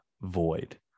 void